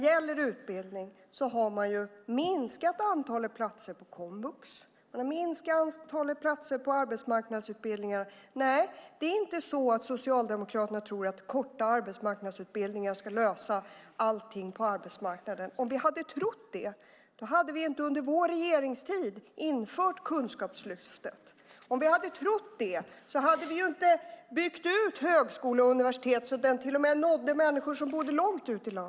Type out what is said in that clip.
Varför har man minskat antalet platser på komvux, minskat antalet platser på arbetsmarknadsutbildningar? Nej, det är inte så att Socialdemokraterna tror att korta arbetsmarknadsutbildningar ska lösa allting på arbetsmarknaden. Om vi hade trott det hade vi inte under vår regeringstid infört Kunskapslyftet. Om vi hade trott det hade vi inte byggt ut högskolor och universitet så att de nådde människor som bor långt ut i landet.